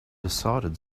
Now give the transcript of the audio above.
decided